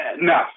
no